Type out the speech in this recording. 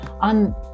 on